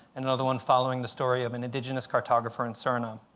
and another one following the story of an indigenous cartographer in suriname.